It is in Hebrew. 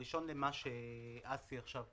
ההתייחסות הראשונה היא למה שהזכיר עכשיו